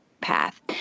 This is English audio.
path